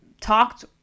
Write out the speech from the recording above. talked